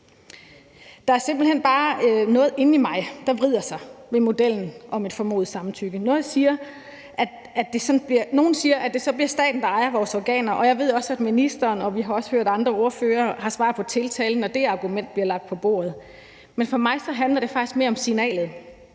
Der er simpelt hen bare noget inde i mig, der vrider sig ved modellen om et formodet samtykke. Nogle siger, at det så bliver staten, der ejer vores organer, og jeg ved også, at ministeren, og vi har også hørt, at andre ordførere har svar på tiltale, når det argument bliver lagt på bordet. Men for mig handler det faktisk mere om signalet,